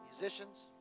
musicians